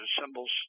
symbols